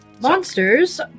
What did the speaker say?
Monsters